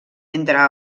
entre